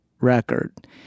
record